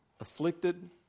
afflicted